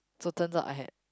so turns out I had